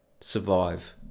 survive